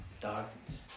Darkness